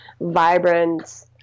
vibrant